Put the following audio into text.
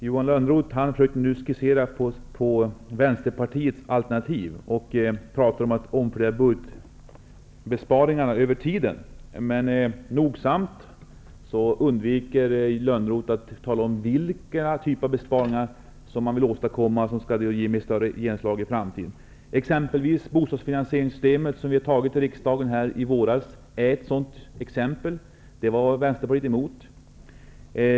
Herr talman! Johan Lönnroth skisserade nu på Vänsterpartiets alternativ. Han talade om att omfördela budgetbesparingarna över tiden. Men Johan Lönnroth undvek nogsamt att tala om vilken typ av besparingar som han vill genomföra och som skall ge ett större genomslag i framtiden. Bostadsfinansieringssystemet, som riksdagen fattade beslut om i våras, är ett exempel på en besparing som Vänsterpartiet var emot.